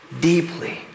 deeply